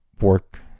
work